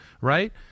right